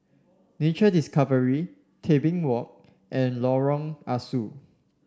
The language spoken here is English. Nature Discovery Tebing Walk and Lorong Ah Soo